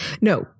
No